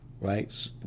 right